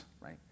right